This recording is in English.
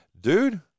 Dude